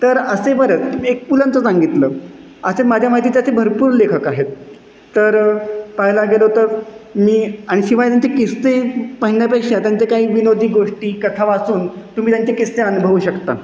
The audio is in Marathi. तर असे बरं एक पुलंचं सांगितलं असे माझ्या माहितीचे असे भरपूर लेखक आहेत तर पाहायला गेलो तर मी आणि शिवाय त्यांचे किस्से म्हणण्यापेक्षा त्यांच्या काही विनोदी गोष्टी कथा वाचून तुम्ही त्यांचे किस्से अनुभवू शकता